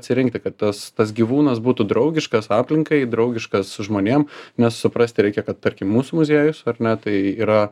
atsirinkti kad tas tas gyvūnas būtų draugiškas aplinkai draugiškas žmonėm nes suprasti reikia kad tarkim mūsų muziejus na tai yra